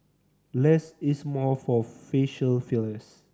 less is more for facial fillers